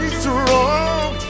strong